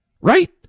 Right